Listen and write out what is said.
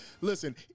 Listen